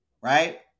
right